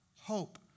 Hope